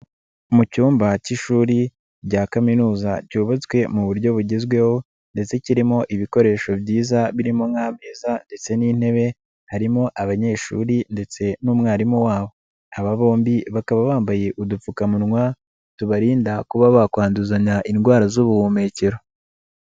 Mu cyumba cy'ishuri rya kaminuza cyuyubatswe mu buryo bugezweho ndetse kirimo ibikoresho byiza birimo ndetse n'intebe harimo abanyeshuri ndetse n'umwarimu wabo. Aba bombi bakaba bambaye udupfukamunwa, tubarinda kuba bakwanduzanya indwara z'ubuhumekero.